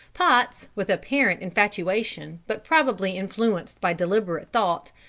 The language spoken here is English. potts, with apparent infatuation, but probably influenced by deliberate thought,